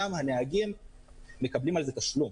גם הנהגים מקבלים על זה תשלום.